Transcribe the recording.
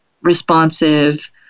responsive